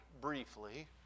briefly